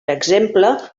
exemple